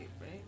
right